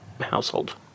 household